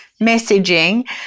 messaging